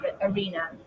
arena